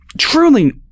truly